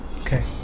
Okay